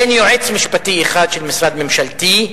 אין יועץ משפטי אחד של משרד ממשלתי,